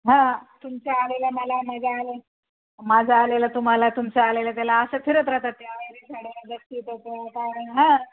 हां तुमच्या आलेल्या मला माझा आल्या माझं आलेलं तुम्हाला तुमच्या आलेलं त्याला असं फिरत राहतात त्या अहेराच्या साड्या कारण हां